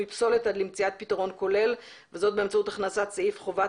פסולת עד למציאת פתרון כולל וזאת באמצעות הכנסת סעיף חובת